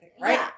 right